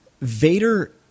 Vader